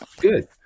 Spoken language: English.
Good